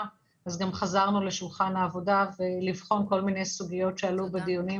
חזרנו לשולחן העבודה לבחון כל מיני סוגיות שעלו בדיונים